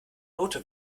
note